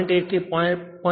1 થી 0